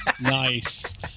Nice